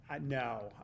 No